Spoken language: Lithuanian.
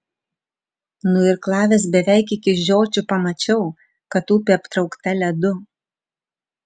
nuirklavęs beveik iki žiočių pamačiau kad upė aptraukta ledu